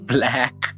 Black